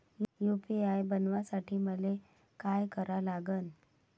UPI बनवासाठी मले काय करा लागन?